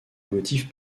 motifs